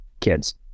kids